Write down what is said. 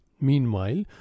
Meanwhile